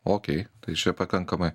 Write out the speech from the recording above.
okei tai čia pakankamai